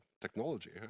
technology